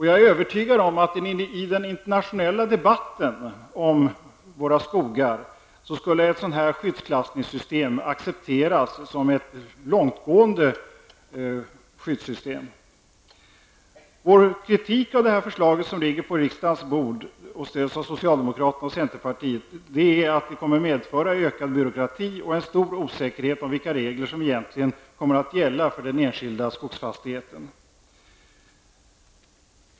Jag är övertygad om att i den internationella skogsdebatten skulle ett skyddsklassningssystem av denna typ accepteras som ett långt gående skyddssystem. Vår kritik av av det förslag som ligger på riksdagens bord och som stöds av socialdemokraterna och centerpartiet är att det kommer att medföra ökad byråkrati och en stor osäkerhet om vilka regler som egentligen kommer att gälla för den enskilda skogsfastigheten.